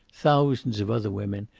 thousands of other women,